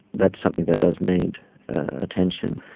that's something that does need attention.